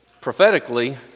prophetically